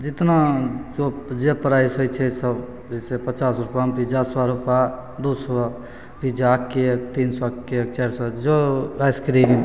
जतना जो जे प्राइस होइ छै सब जइसे पचास रुपामे पिज्जा सओ रुपा दुइ सओ पिज्जा केक तीन सओ केक चारि सओ जो आइसक्रीम